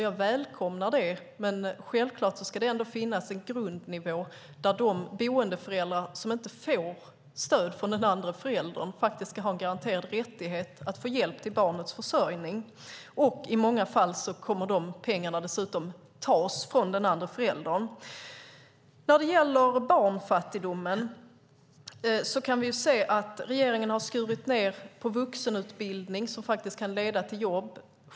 Jag välkomnar det, men självklart ska det ändå finnas en grundnivå där de boendeföräldrar som inte får stöd från den andre föräldern faktiskt ska ha en garanterad rättighet att få hjälp till barnets försörjning. I många fall kommer de pengarna dessutom att tas från den andre föräldern. När det gäller barnfattigdomen kan vi se att regeringen har skurit ned på vuxenutbildning som faktiskt kan leda till jobb.